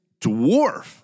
dwarf